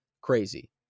Crazy